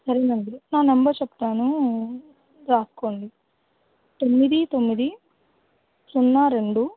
సరే అండి నా నెంబర్ చెప్తాను రాసుకోండి తొమ్మిది తొమ్మిది సున్నా రెండు